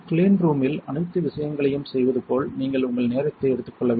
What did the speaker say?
க்ளீன்ரூமில் அனைத்து விஷயங்களையும் செய்வது போல் நீங்கள் உங்கள் நேரத்தை எடுத்துக்கொள்ள வேண்டும்